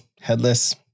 headless